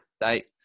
date